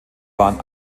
waren